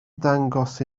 dangos